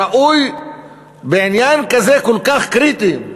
ראוי בעניין כזה, כל כך קריטי,